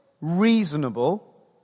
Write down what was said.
reasonable